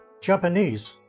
Japanese